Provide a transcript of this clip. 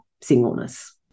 singleness